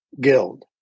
guild